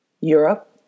Europe